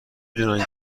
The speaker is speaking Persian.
دونن